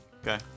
Okay